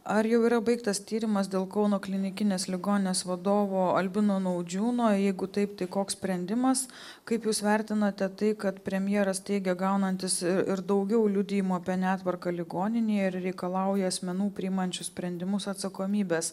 ar jau yra baigtas tyrimas dėl kauno klinikinės ligoninės vadovo albino naudžiūno jeigu taip tai koks sprendimas kaip jūs vertinate tai kad premjeras teigia gaunantis ir daugiau liudijimų apie netvarką ligoninėje ir reikalauja asmenų priimančių sprendimus atsakomybės